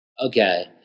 Okay